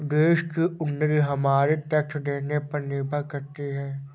देश की उन्नति हमारे टैक्स देने पर निर्भर करती है